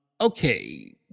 okay